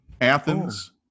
Athens